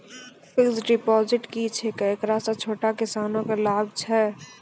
Fixed deposit की छिकै, एकरा से छोटो किसानों के की लाभ छै?